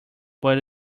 but